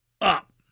up